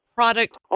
Product